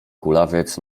kulawiec